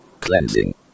Cleansing